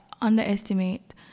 underestimate